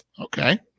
Okay